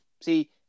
See